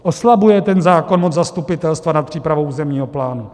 Oslabuje ten zákon moc zastupitelstva nad přípravou územního plánu.